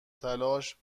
تلاش